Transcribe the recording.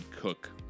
Cook